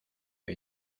que